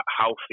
healthy